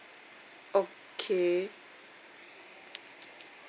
okay